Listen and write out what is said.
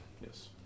yes